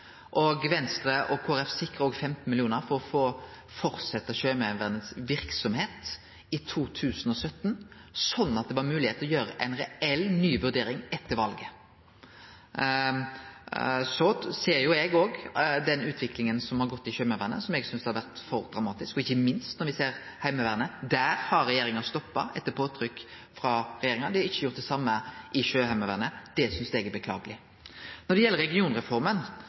og Venstre og Kristeleg Folkeparti sikra òg 15 mill. kr for å fortsetje verksemda til Sjøheimevernet i 2017, slik at det var moglegheit til å gjere ei reell ny vurdering etter valet. Så ser eg òg den utviklinga som har gått føre seg i Sjøheimevernet, som eg synest har vore for dramatisk – ikkje minst når me ser på Heimevernet, der regjeringa har stoppa etter påtrykk. Dei har ikkje gjort det same for Sjøheimevernet. Det synest eg er beklageleg. Når det gjeld regionreforma,